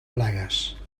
plagues